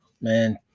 Man